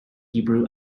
hebrew